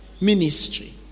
ministry